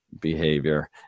behavior